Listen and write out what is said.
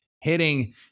Hitting